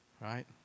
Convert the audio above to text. Right